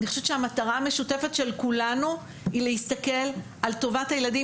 אני חושבת שהמטרה המשותפת של כולנו היא להסתכל על טובת הילדים,